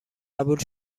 قبول